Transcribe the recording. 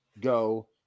go